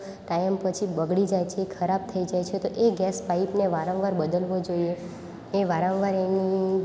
time પછી બગડી જાય છે ખરાબ થઇ જાય છે તો એ ગેસ પાઇપને વારંવાર બદલવું જોઈએ વારંવાર એની